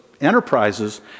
enterprises